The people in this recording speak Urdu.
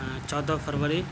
چودہ فروری